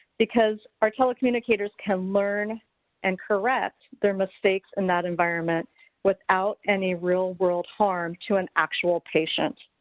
because our telecommunicators can learn and correct their mistakes in that environment without any real-world harm to an actual patient.